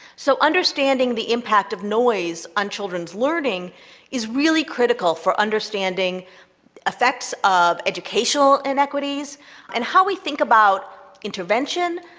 so understanding the impact of noise on children's learning is really critical for understanding effects of educational inequities and how we think about intervention,